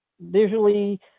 visually